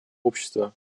общества